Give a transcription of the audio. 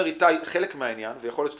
אני באגף הבינוי ואצלי הדיווחים הם שוטפים.